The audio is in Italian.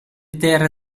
terre